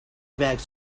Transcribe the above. bags